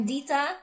Dita